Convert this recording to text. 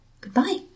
goodbye